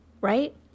right